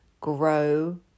grow